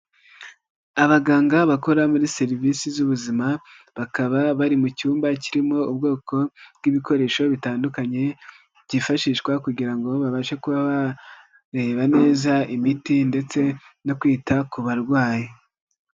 Abaganga bakora muri serivisi z'ubuzima bakaba bari mu cyumba kirimo ubwoko bw'ibikoresho bitandukanye byifashishwa kugira go ngo babashe kuba bareba neza imiti ndetse no kwita ku barwayi.